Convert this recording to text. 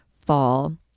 fall